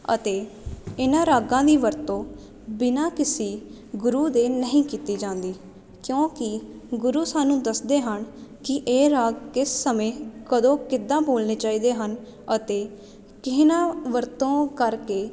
ਅਤੇ ਇਹਨਾਂ ਰਾਗਾਂ ਦੀ ਵਰਤੋਂ ਬਿਨਾਂ ਕਿਸੀ ਗੁਰੂ ਦੇ ਨਹੀਂ ਕੀਤੀ ਜਾਂਦੀ ਕਿਉਂਕਿ ਗੁਰੂ ਸਾਨੂੰ ਦੱਸਦੇ ਹਨ ਕਿ ਇਹ ਰਾਗ ਕਿਸ ਸਮੇਂ ਕਦੋਂ ਕਿੱਦਾਂ ਬੋਲਣੇ ਚਾਹੀਦੇ ਹਨ ਅਤੇ ਕਿਹਨਾਂ ਵਰਤੋਂ ਕਰਕੇ